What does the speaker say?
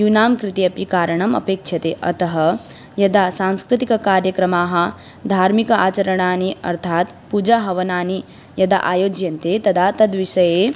यूनां कृते अपि कारणम् अपेक्ष्यते अतः यदा सांस्कृतिककार्यक्रमाः धार्मिकाचरणानि अर्थात् पूजाहवनानि यदा आयोज्यन्ते तदा तद्विषये